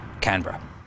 canberra